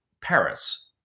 Paris